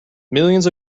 millions